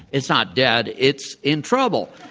it's not dead. it's in trouble.